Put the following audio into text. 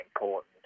important